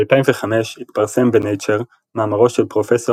ב-2005 התפרסם ב-Nature מאמרו של פרופ'